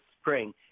spring